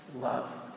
love